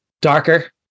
darker